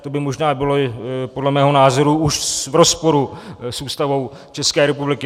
To by možná bylo podle mého názoru už v rozporu s Ústavou České republiky.